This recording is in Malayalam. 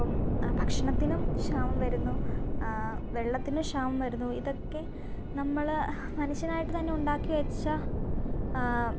ഭക്ഷണത്തിനും ക്ഷാമം വരുന്നു വെള്ളത്തിന് ക്ഷാമം വരുന്നു ഇതൊക്കെ നമ്മൾ മനുഷ്യനായിട്ട് തന്നെ ഉണ്ടാക്കി വെച്ച